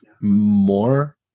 more